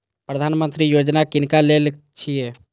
प्रधानमंत्री यौजना किनका लेल छिए?